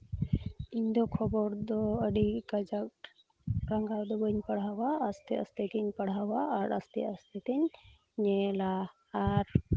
ᱤᱧᱫᱚ ᱠᱷᱚᱵᱚᱨ ᱫᱚ ᱟᱹᱰᱤ ᱠᱟᱡᱟᱠ ᱨᱟᱸᱜᱟᱣ ᱫᱚ ᱵᱟᱹᱧ ᱯᱟᱲᱦᱟᱣᱟ ᱟᱥᱛᱮ ᱟᱥᱛᱮ ᱜᱤᱧ ᱯᱟᱲᱦᱟᱣᱟ ᱟᱨ ᱟᱥᱛᱮ ᱟᱥᱛᱮ ᱛᱤᱧ ᱧᱮᱞᱟ ᱟᱨ